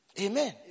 Amen